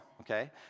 okay